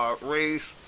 race